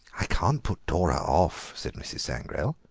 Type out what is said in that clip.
i can't put dora off, said mrs. sangrail.